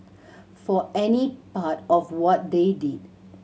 for any part of what they did